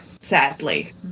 sadly